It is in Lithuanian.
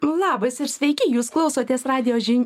labas ir sveiki jūs klausotės radijo žin